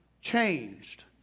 changed